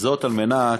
על מנת